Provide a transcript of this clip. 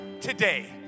today